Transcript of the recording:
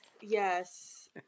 Yes